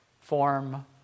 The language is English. form